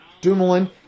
Dumoulin